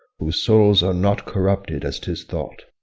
whose souls are not corrupted as tis thought.